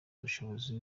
ubushishozi